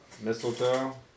Mistletoe